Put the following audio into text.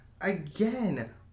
Again